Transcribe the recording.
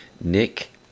Nick